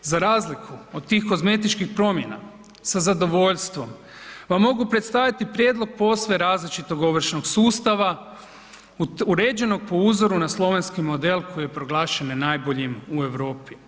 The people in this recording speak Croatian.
Za razliku od tih kozmetičkih promjena sa zadovoljstvom vam mogu predstaviti prijedlog posve različitog ovršnog sustava uređenog po uzoru na slovenski model koji je proglašen najboljim u Europi.